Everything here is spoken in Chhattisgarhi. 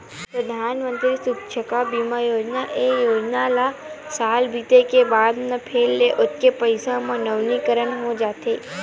परधानमंतरी सुरक्छा बीमा योजना, ए योजना ल साल बीते के बाद म फेर ले ओतके पइसा म नवीनीकरन हो जाथे